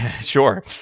Sure